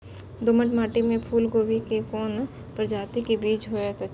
दोमट मिट्टी में फूल गोभी के कोन प्रजाति के बीज होयत?